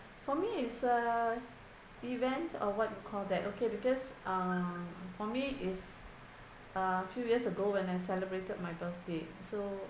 for me is uh event or what you call that okay because um for me is a few years ago when I celebrated my birthday so